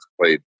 played